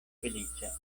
feliĉa